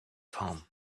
home